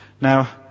Now